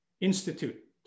Institute